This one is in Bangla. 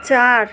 চার